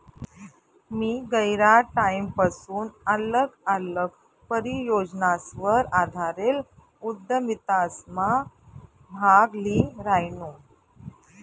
मी गयरा टाईमपसून आल्लग आल्लग परियोजनासवर आधारेल उदयमितासमा भाग ल्ही रायनू